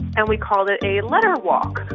and we called it a letter walk,